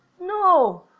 No